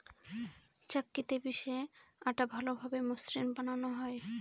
চাক্কিতে পিষে আটা ভালোভাবে মসৃন বানানো হয়